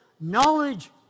knowledge